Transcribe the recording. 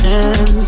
end